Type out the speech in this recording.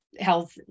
health